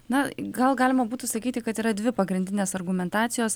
na gal galima būtų sakyti kad yra dvi pagrindines argumentacijos